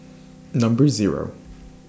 Number Zero